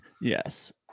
Yes